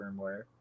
firmware